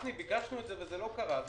ביקשנו את זה וזה לא קרה.